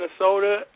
Minnesota